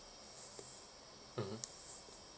mmhmm